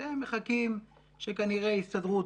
אתם מחכים כנראה שדברים יסתדרו,